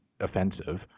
offensive